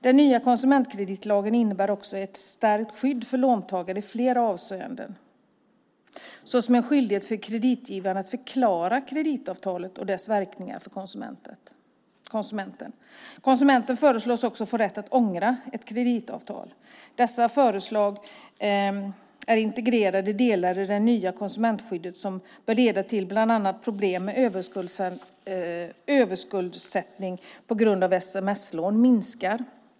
Den nya konsumentkreditlagen innebär också ett stärkt skydd för låntagare i flera avseenden, såsom en skyldighet för kreditgivarna att förklara kreditavtalet och dess verkningar för konsumenten. Konsumenten föreslås också få rätt att ångra ett kreditavtal. Dessa förslag är integrerade delar i det nya konsumentskyddet som bör leda till att bland annat problem med överskuldsättning på grund av sms-lån minskar.